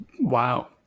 Wow